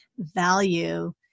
value